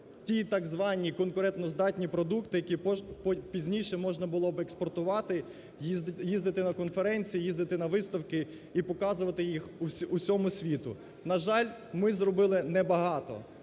ті так звані конкурентоздатні продукти, які пізніше можна було б експортувати, їздити на конференції, їздити на виставки і показувати їх усьому світу? На жаль, ми зробили небагато